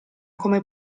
come